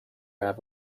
have